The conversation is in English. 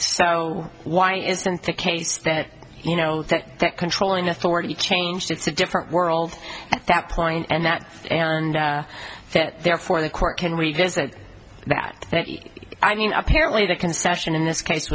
so why isn't the case that you know that controlling authority changed it's a different world at that point and that and that therefore the court can revisit that i mean apparently the concession in this case